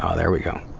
ah there we go!